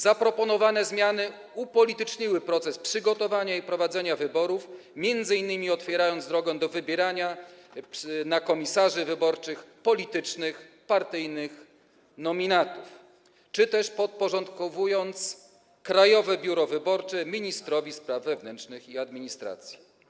Zaproponowane zmiany upolityczniły proces przygotowania i przeprowadzenia wyborów, m.in. otwierając drogę do wybierania na komisarzy wyborczych politycznych nominatów partyjnych czy też podporządkowując Krajowe Biuro Wyborcze ministrowi spraw wewnętrznych i administracji.